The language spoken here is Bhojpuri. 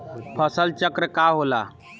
फसल चक्र का होला?